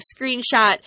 screenshot